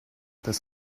das